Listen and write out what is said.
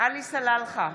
עלי סלאלחה,